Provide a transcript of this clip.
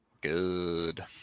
Good